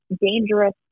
dangerous